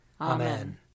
Amen